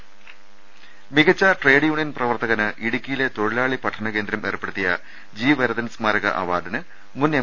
ൾട്ട്ട്ട്ട്ട്ട്ട മികച്ച trade union പ്രവർത്തകന് ഇടുക്കിയിലെ തൊഴിലാളി പഠന കേന്ദ്രം ഏർപ്പെടുത്തിയ ജി വരദൻ സ്മാരക അവാർഡിന് മുൻ എം